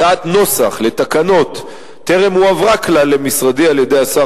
הצעת נוסח לתקנות טרם הועברה כלל למשרדי על-ידי השר